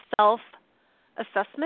self-assessment